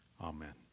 Amen